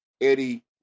Eddie